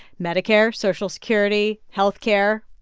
medicare, social security, health care.